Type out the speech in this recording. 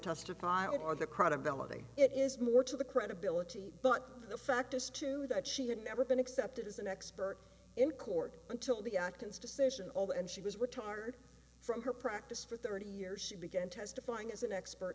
testify on the credibility it is more to the credibility but the fact is too that she had never been accepted as an expert in court until the actons decision over and she was retard from her practice for thirty years she began testifying as an expert